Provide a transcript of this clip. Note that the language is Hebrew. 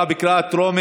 התש"ף 2020,